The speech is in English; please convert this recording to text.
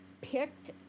picked